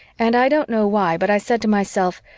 and i don't know why, but i said to myself,